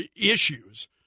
issues